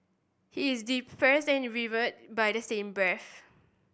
he is and revered by the same breath